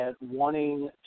wanting